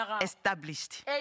established